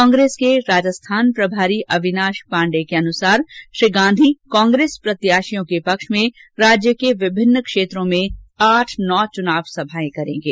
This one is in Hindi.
कांग्रेस के राजस्थान प्रभारी अविनाश पांडे के अनुसार श्री गांधी कांग्रेस प्रत्याशियों के पक्ष में राज्य के विभिन्न क्षेत्रों में आठ नौ चुनाव सभाएं करेंगे